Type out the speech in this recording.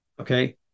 Okay